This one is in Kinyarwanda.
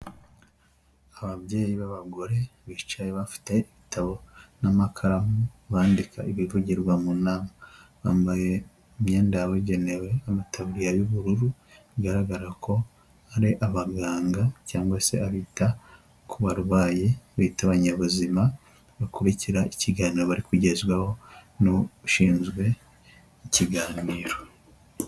Ababyeyi ba bagore bicaye bafite ibitabo n'amakaramu, bandika ibivugirwa mu nama, bambaye imyenda yabugenewe, amataburiya y'ubururu bigaragara ko, ari abaganga cyangwa se abita ku barwayi bita abanyabuzima, bakurikira ikiganiro bari kugezwaho n'ushinzwe ikiganiro.